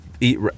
eat